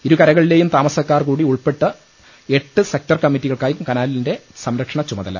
ഇരുകരകളിലെയും താമസക്കാർകൂടി ഉൾപ്പെടുന്ന എട്ട് സെക്ടർ കമ്മറ്റികൾക്കായിരിക്കും കനാലിന്റെ സംരക്ഷണച്ചുമതല